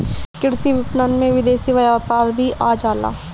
कृषि विपणन में विदेशी व्यापार भी आ जाला